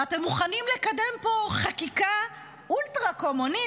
ואתם מוכנים לקדם פה חקיקה אולטרה-קומוניסטית,